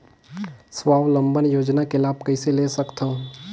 स्वावलंबन योजना के लाभ कइसे ले सकथव?